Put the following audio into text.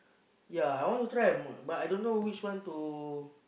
yea I want to try but I don't know which one to